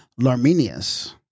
Larminius